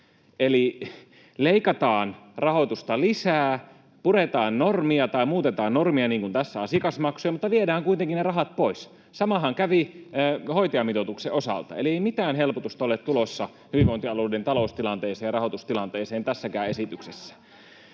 eli leikataan rahoitusta lisää, puretaan normia tai muutetaan normia, niin kuin tässä asiakasmaksuja, mutta viedään kuitenkin ne rahat pois. Samahan kävi hoitajamitoituksen osalta. Eli mitään helpotusta ei ole tulossa hyvinvointialueiden taloustilanteeseen ja rahoitustilanteeseen tässäkään esityksessä.